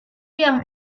yang